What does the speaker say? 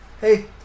hey